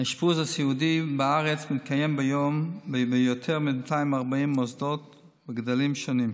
האשפוז הסיעודי בארץ מתקיים היום ביותר מ-240 מוסדות בגדלים שונים.